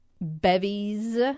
bevies